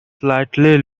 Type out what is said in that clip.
slightly